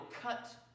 cut